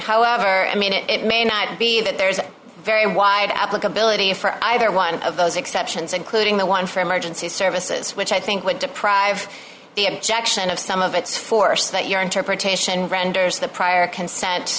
however i mean it may not be that there's a very wide applicability for either one of those exceptions including the one for emergency services which i think would deprive the objection of some of its force that your interpretation renders the prior consent